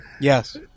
Yes